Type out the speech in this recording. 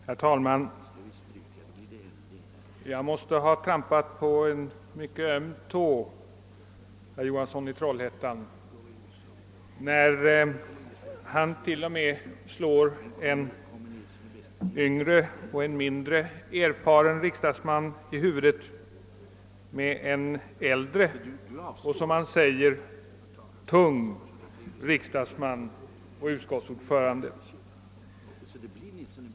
Herr talman! Jag måste ha trampat herr Johansson i Trollhättan på en mycket öm tå, eftersom han till och med slår en yngre och mindre erfaren riks dagsman i huvudet med en äldre och, som man säger, »tung» riksdagsman och utskottsordförande.